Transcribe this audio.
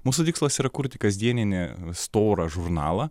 mūsų tikslas yra kurti kasdieninį storą žurnalą